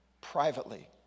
privately